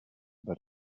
that